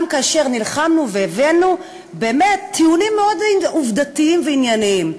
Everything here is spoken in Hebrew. גם כאשר נלחמנו והבאנו באמת טיעונים עובדתיים ומאוד עניינים.